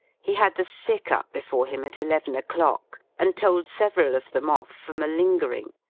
he had the sick up before him at eleven o'clock, and told several of them off for malingering,